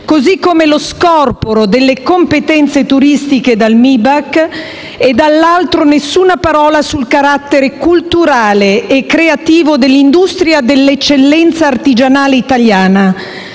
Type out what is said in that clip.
così come lo scorporo delle competenze turistiche dal MiBACT e, dall'altro, nessuna parola sul carattere culturale e creativo dell'industria dell'eccellenza artigianale italiana,